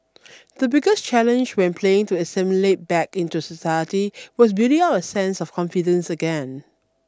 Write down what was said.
the biggest challenge when playing to assimilate back into society was building up a sense of confidence again